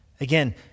Again